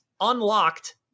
unlocked